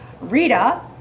Rita